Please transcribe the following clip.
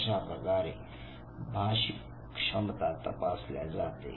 अशाप्रकारे भाषिक क्षमता तपासल्या जाते